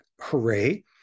hooray